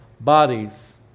bodies